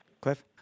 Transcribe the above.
Cliff